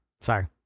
sorry